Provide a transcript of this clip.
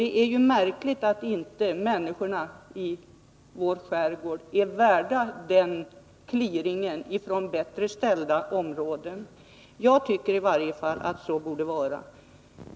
Det är ju märkligt att inte människorna i vår skärgård anses vara värda den clearingen från bättre ställda områden. Jag tycker i varje fall att det borde vara så.